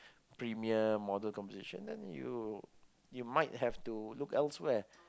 premium model composition then you you might have to look elsewhere